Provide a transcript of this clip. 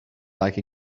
like